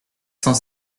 cent